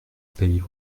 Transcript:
pays